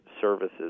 services